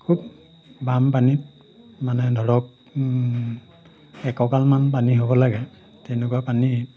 খুব বাম পানীত মানে ধৰক একঁকালমান পানী হ'ব লাগে তেনেকুৱা পানী